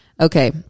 Okay